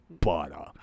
butter